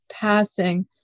passing